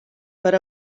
per